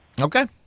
Okay